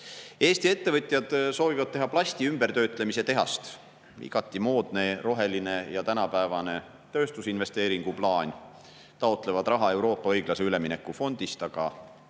Eesti ettevõtjad soovivad teha plasti ümbertöötlemise tehast. Igati moodne, roheline ja tänapäevane tööstusinvesteeringuplaan. Nad taotlevad raha Euroopa õiglase ülemineku fondist. Aga